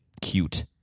cute